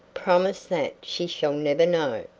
promise that she shall never know.